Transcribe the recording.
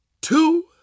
two